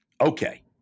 Okay